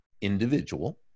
individual